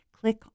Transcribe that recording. click